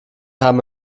haben